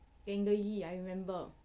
gangehi I remember